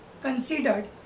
considered